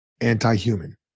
anti-human